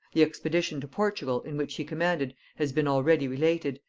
the expedition to portugal in which he commanded has been already related,